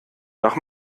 nach